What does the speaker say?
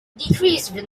decreased